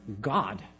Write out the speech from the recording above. God